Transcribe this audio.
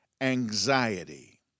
anxiety